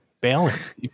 Balance